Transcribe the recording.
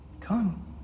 Come